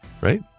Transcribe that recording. Right